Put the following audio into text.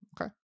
Okay